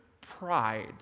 pride